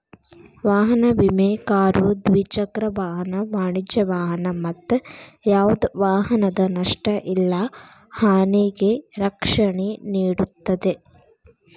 ವಾಹನ ವಿಮೆ ಕಾರು ದ್ವಿಚಕ್ರ ವಾಹನ ವಾಣಿಜ್ಯ ವಾಹನ ಮತ್ತ ಯಾವ್ದ ವಾಹನದ ನಷ್ಟ ಇಲ್ಲಾ ಹಾನಿಗೆ ರಕ್ಷಣೆ ನೇಡುತ್ತದೆ